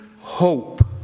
hope